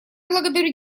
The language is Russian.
благодарю